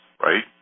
right